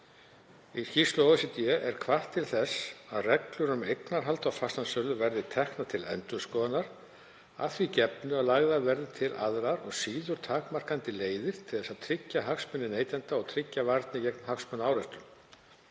Í skýrslu OECD er hvatt til þess að reglur um eignarhald á fasteignasölu verði teknar til endurskoðunar að því gefnu að lagðar verði til aðrar, og síður takmarkandi leiðir, til þess að tryggja hagsmuni neytenda og tryggja varnir gegn hagsmunaárekstrum.